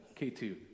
K2